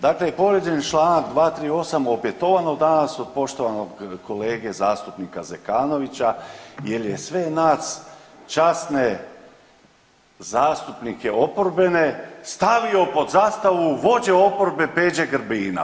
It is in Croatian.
Dakle, povrijeđen je čl. 238. opetovano danas od poštovanog kolege zastupnika Zekanovića jel je sve nas časne zastupnike oporbene stavio pod zastavu vođe oporbe Peđe Grbina.